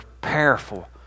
powerful